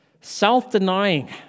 self-denying